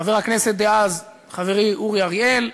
חבר הכנסת דאז, חברי אורי אריאל,